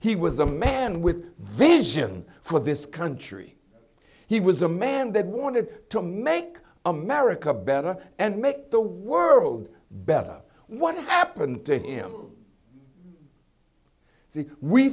he was a man with a vision for this country he was a man that wanted to make america better and make the world better what happened to him we